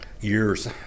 years